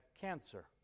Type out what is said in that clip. cancer